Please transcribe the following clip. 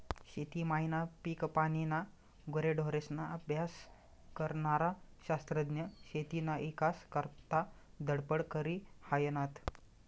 शेती मायना, पिकपानीना, गुरेढोरेस्ना अभ्यास करनारा शास्त्रज्ञ शेतीना ईकास करता धडपड करी हायनात